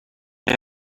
they